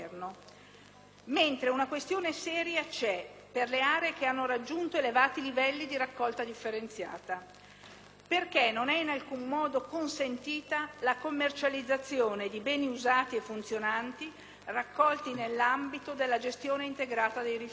invece una questione seria per le aree che hanno raggiunto elevati livelli di raccolta differenziata perché non è in alcun modo consentita la commercializzazione di beni usati e funzionanti, raccolti nell'ambito della gestione integrata dei rifiuti.